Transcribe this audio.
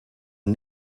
and